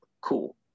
cool